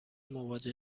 مواجه